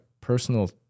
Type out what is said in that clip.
personal